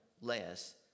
less